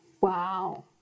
Wow